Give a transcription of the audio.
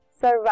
survive